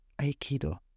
Aikido